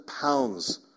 pounds